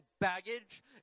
baggage